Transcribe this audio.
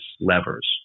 levers